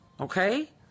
Okay